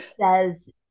says